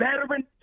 veteran